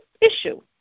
issue